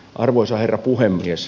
arvoisa herra puhemies